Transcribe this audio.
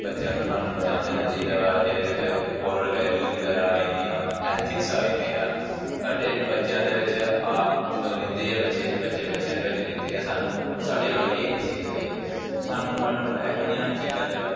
ਬੱਚਿਆ ਨੂੰ ਸਾਨੂੰ ਧਿਆਨ ਦੇਣਾ ਚਾਹੀਦਾ ਵਾ ਜਿਹਦੇ ਵਿੱਚ ਮੋਰਲ ਵੈਲਿਉਸ ਵਗ਼ੈਰਾ ਆ ਜਾਂਦੀਆ ਵਾ ਐਥਿਕਸ ਆ ਜਾਂਦੇ ਆ ਸਾਡੇ ਬੱਚਿਆਂ ਦੇ ਵਿੱਚ ਜਦੋਂ ਰਹਿੰਦੇ ਆ ਬੱਚੇ ਬੱਚੇ ਬੱਚਿਆਂ ਦੇ ਵਿੱਚ ਰਹਿੰਦੇ ਆ ਸਾਨੂੰ ਉਹ ਸਾਡੇ ਵੱਲ ਵੇਖ ਕੇ ਸਿੱਖਦੇ ਆ ਸਾਨੂੰ ਉਹਨਾਂ ਨੂੰ ਇਹੋ ਜਿਹੀਆਂ ਚੀਜ਼ਾਂ ਦੇ ਵੱਲ